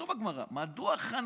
כתוב בגמרא: מדוע חנוכה?